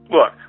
Look